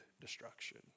destruction